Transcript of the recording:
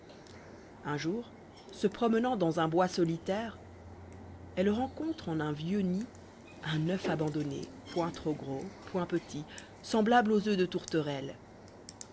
un j our se promenant dans un bois solitaire elle rencontre en uni vieux nid un oeuf abandonné point trop gros point petit semblable aux oeufs de tourterelle